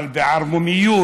אבל בערמומיות,